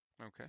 Okay